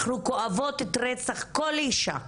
אנחנו כואבות את רצח כל אישה,